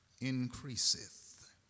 increaseth